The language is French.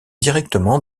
directement